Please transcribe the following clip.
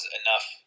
enough